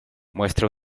muestra